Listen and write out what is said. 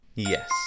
Yes